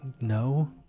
No